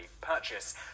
purchase